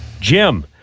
Jim